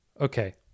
Okay